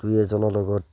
দুই এজনৰ লগত